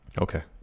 Okay